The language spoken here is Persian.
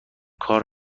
کار